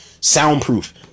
soundproof